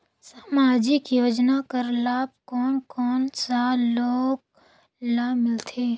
समाजिक योजना कर लाभ कोन कोन सा लोग ला मिलथे?